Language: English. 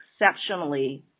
exceptionally